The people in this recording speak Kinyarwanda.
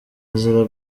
azira